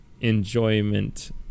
enjoyment